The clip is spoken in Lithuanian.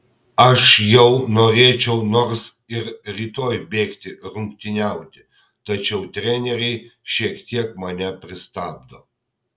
aš jau norėčiau nors ir rytoj bėgti rungtyniauti tačiau treneriai šiek tiek mane pristabdo